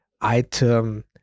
item